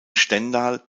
stendal